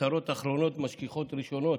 צרות אחרונות משכיחות ראשונות.